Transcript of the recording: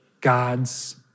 God's